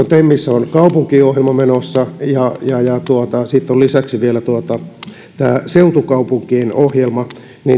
temissä on kaupunkiohjelma menossa ja sitten on lisäksi vielä tämä seutukaupunkien ohjelma